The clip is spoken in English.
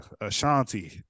Ashanti